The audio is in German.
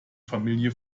familie